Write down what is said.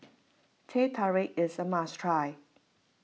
Teh Tarik is a must try